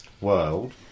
world